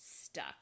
stuck